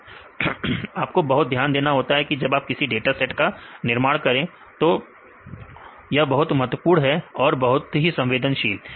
विद्यार्थी data set आपको बहुत ध्यान देना होता है जब आप किसी डाटा सेट का निर्माण कर रहे हो तो यह बहुत महत्वपूर्ण है और बहुत ही संवेदनशील